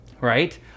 Right